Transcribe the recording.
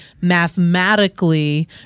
mathematically